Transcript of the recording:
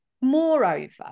moreover